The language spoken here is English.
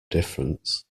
difference